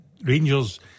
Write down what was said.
Rangers